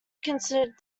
considered